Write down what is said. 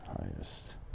Highest